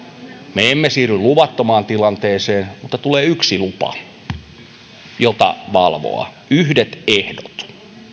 me emme siirry luvattomaan tilanteeseen mutta tulee yksi lupa jota valvoa yhdet ehdot